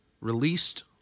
released